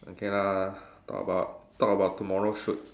okay lah talk about talk about tomorrow shoot